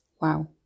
wow